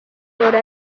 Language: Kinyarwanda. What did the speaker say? siporo